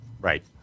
Right